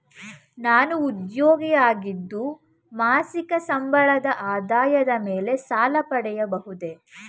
ನಾನು ಉದ್ಯೋಗಿ ಆಗಿದ್ದು ಮಾಸಿಕ ಸಂಬಳದ ಆಧಾರದ ಮೇಲೆ ಸಾಲ ಪಡೆಯಬಹುದೇ?